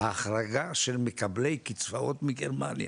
ההחרגה של מקבלי קצבאות מגרמניה,